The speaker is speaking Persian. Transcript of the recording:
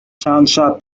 چندشب